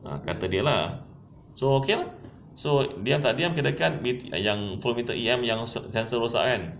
ah kata dia lah so okay lah so diam tak diam kirakan yang yang suruh rosakkan